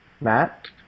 Matt